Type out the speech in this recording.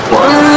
one